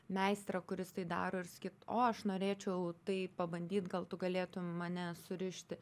meistrą kuris tai daro ir sakyt o aš norėčiau tai pabandyt gal tu galėtum mane surišti